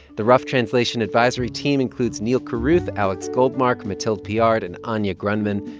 the rough translation advisory team includes neal carruth, alex goldmark, mathilde piard and anya grundmann.